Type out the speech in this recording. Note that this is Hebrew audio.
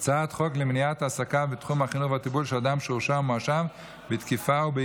ההצעה של נאור שירי תעבור לוועדת הכנסת לדיון לאיזו ועדה